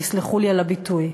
תסלחו לי על הביטוי.